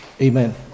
Amen